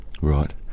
right